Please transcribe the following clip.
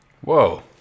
Whoa